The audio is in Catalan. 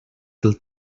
del